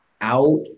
out